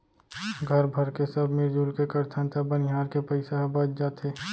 घर भरके सब मिरजुल के करथन त बनिहार के पइसा ह बच जाथे